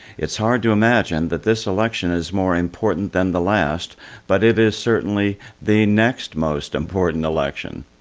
it's hard to imagine that this election is more important than the last but it is certainly the next most important election.